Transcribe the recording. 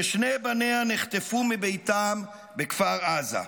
ששני בניה נחטפו מביתם בכפר עזה.